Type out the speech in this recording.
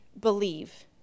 believe